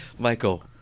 Michael